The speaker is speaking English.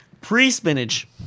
pre-spinach